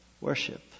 worship